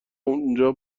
اونجا